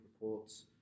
reports